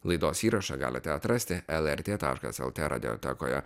laidos įrašą galite atrasti lrt taškas lt radiotekoje